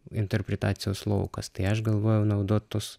interpretacijos laukas tai aš galvojau naudot tuos